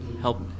help